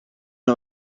non